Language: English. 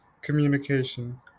communication